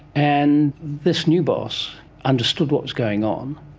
and this new boss understood what was going on,